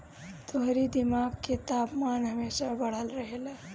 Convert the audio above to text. तोहरी दिमाग के तापमान हमेशा बढ़ल रहेला